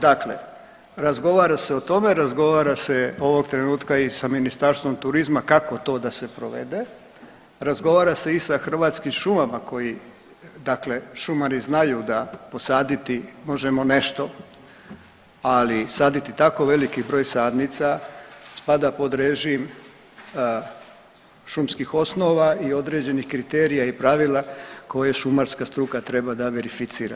Dakle, razgovara se o tome, razgovara se ovog trenutka i s Ministarstvom turizma kako to da se provede, razgovara se i sa Hrvatskim šumama koji dakle, šumari znaju da posaditi možemo nešto, ali saditi tako veliki broj sadnica spada pod režim šumskih osnova i određenih kriterija i pravila koje šumarska struka treba da verificira.